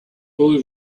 boy